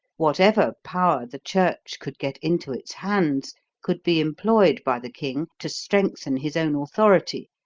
whatever power the church could get into its hands could be employed by the king to strengthen his own authority,